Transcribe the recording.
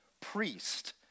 priest